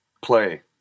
play